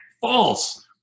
false